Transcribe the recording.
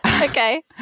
okay